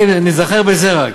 ניזכר רק בזה.